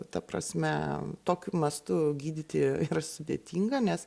ta prasme tokiu mastu gydyti yra sudėtinga nes